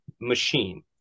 machine